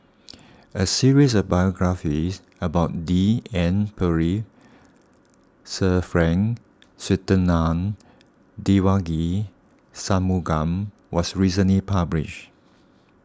a series of biographies about D N Pritt Sir Frank Swettenham Devagi Sanmugam was recently published